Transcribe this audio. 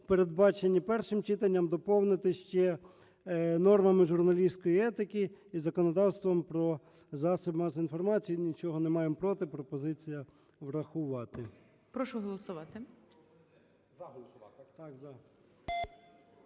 передбачені першим читанням, доповнити ще нормами журналістської етики і законодавством про засоби масової інформації. І нічого не маємо проти. Пропозиції врахувати.